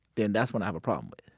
then that's when i have a problem with it